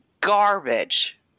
garbage